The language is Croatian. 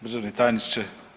Državni tajniče.